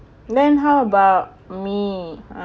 then how about me